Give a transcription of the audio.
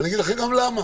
ואני אגיד לכם גם למה.